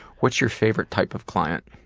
what's your favorite type of client?